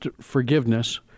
forgiveness